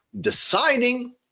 deciding